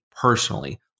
personally